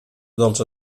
dels